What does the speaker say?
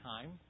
time